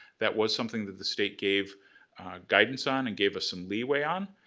that was something that the state gave guidance on, and gave us some leeway on.